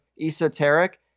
esoteric